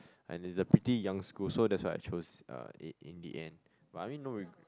and it's a pretty young school so that's why I chose uh it in the end but I mean no regrets